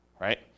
right